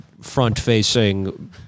front-facing